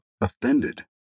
offended